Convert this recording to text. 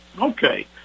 Okay